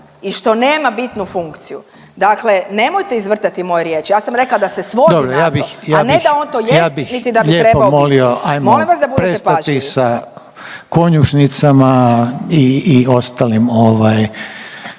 i što nema bitnu funkciju. Dakle, nemojte izvrtati moje riječi. Ja sam rekla da se svodi na to, a ne da on to jest niti da bi trebao biti. Molim vas da budete pažljivi.